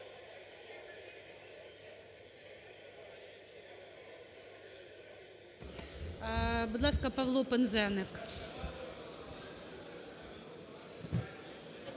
Будь ласка, Павло Пинзеник.